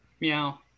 meow